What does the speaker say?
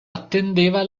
attendeva